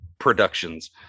productions